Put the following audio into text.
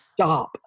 stop